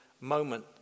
moment